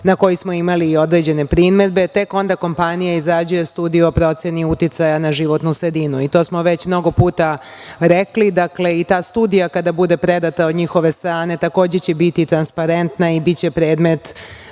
na koji smo imali određene primedbe, tek onda kompanija izrađuje studiju o proceni uticaja na životnu sredinu, i to smo već mnogo puta rekli, i ta studija kada bude predata od njihove strane, takođe će biti transparentna i biće predmet